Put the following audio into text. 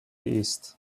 east